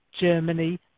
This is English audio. Germany